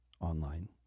online